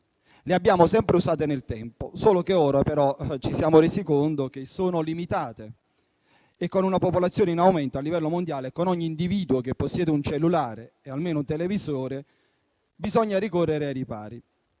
Le abbiamo sempre usate nel tempo, solo che ora ci siamo resi conto che sono limitate e, con una popolazione in aumento a livello mondiale, con ogni individuo che possiede un cellulare e almeno un televisore, bisogna correre ai ripari.